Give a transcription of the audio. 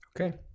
Okay